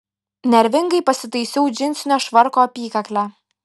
nervingai pasitaisiau džinsinio švarko apykaklę